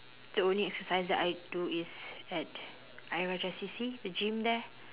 the only exercise that I do is at ayer rajah C_C the gym there